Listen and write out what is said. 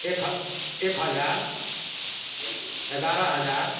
एक ह एक हजार एगारह हजार